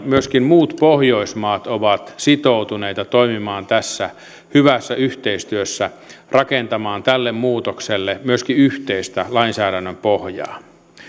myöskin muut pohjoismaat ovat sitoutuneita toimimaan tässä hyvässä yhteistyössä rakentamaan tälle muutokselle myöskin yhteistä lainsäädännön pohjaa